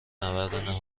نبرد